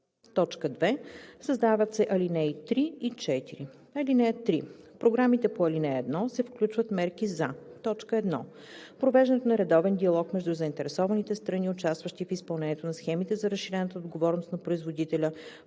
и“. 2. Създават се ал. 3 и 4: „(3) В програмите по ал. 1 се включват мерки за: 1. провеждането на редовен диалог между заинтересованите страни, участващи в изпълнението на схемите за разширената отговорност на производителя,